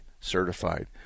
certified